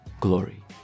glory